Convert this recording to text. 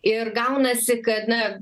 ir gaunasi kad na